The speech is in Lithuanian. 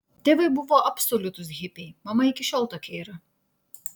tėvai buvo absoliutūs hipiai mama iki šiol tokia yra